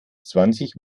zwanzig